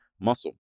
muscle